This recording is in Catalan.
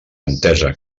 entesa